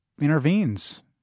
intervenes